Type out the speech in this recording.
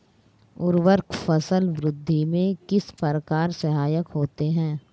उर्वरक फसल वृद्धि में किस प्रकार सहायक होते हैं?